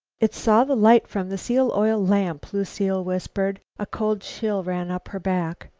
it saw the light from the seal-oil lamp, lucile whispered. a cold chill ran up her back.